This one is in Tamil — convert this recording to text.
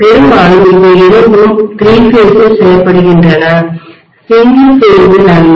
பெரும்பாலும் இவை இரண்டும் 3 பேஸில் செய்யப்படுகின்றன 1 பேஸில் அல்ல